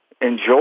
enjoy